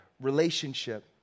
relationship